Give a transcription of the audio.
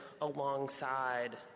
alongside